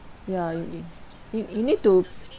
ya y~ y~ you you need to